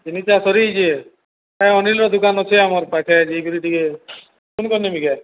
ଚିନିଟା ସରି ଯାଇଛି ଏ ଅନିଲର ଦୋକାନ ଅଛେ ଆମର୍ ପାଖେ ଯାଇକରି ଟିକେ ଫୋନ୍ କରିନେମି କିଆ